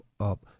up